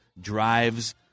drives